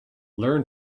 learn